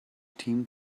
team